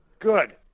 good